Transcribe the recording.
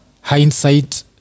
hindsight